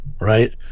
right